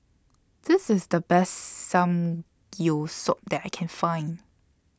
This IS The Best that I Can Find